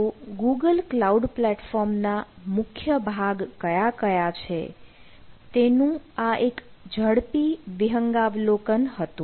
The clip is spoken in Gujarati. તો ગૂગલ કલાઉડ પ્લેટફોર્મ ના મુખ્ય ભાગ કયા કયા છે તેનો આ એક ઝડપી વિહંગાવલોકન હતું